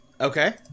Okay